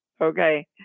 Okay